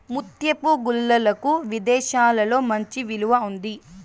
ముత్యపు గుల్లలకు విదేశాలలో మంచి విలువ ఉంది